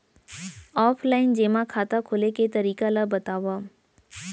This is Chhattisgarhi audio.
ऑफलाइन जेमा खाता खोले के तरीका ल बतावव?